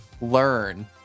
learn